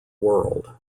world